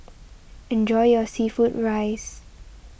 enjoy your Seafood Rice